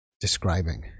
describing